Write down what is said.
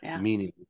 meaning